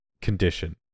condition